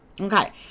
okay